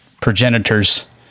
progenitors